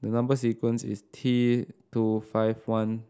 the number sequence is T two five one